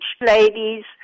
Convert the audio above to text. ladies